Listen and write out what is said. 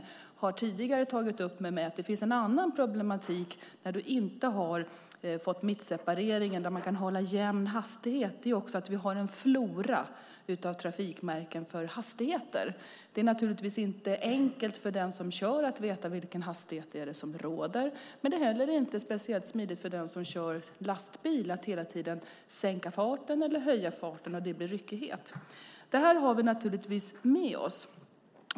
Han har tidigare tagit upp med mig att det finns en annan problematik med att det inte finns mittseparering där man kan hålla en jämn hastighet. Det innebär att det finns en flora av trafikmärken för hastighetsbegränsningar. Det är inte så enkelt för den som kör att veta vilken hastighetsbegränsning det är som råder. Det är inte heller speciellt smidigt för den som kör lastbil att hela tiden sänka eller höja farten. Det blir ryckigt. Det här har vi naturligtvis med oss.